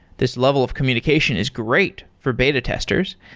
this level of communication is great for beta testers.